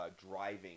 driving